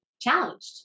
challenged